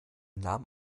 nahm